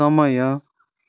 समय